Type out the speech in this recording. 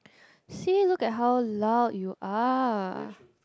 see look at how loud you are